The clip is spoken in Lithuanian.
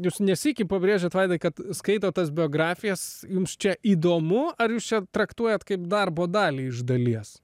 jūs ne sykį pabrėžėt vaidai kad skaitot tas biografijas jums čia įdomu ar jūs čia traktuojat kaip darbo dalį iš dalies